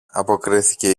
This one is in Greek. αποκρίθηκε